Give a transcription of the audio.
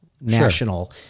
national